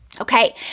Okay